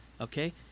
okay